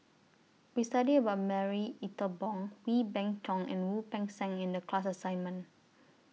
We studied about Marie Ethel Bong Wee Beng Chong and Wu Peng Seng in The class assignment